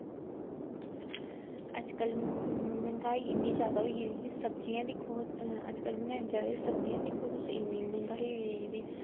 अज्ज कल मैहंगाई इन्नी जादा होइये दी ही सब्जियां दिक्खो अज्ज कल मैहंगाई इन्नी जादा होइये दी सब्जियां दिक्खो तुस इन्नी मैहंगाई होई दी